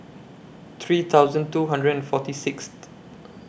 three thousand two hundred and forty Sixth